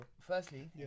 firstly